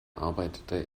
arbeitete